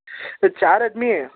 چار آدمی ہیں